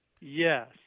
Yes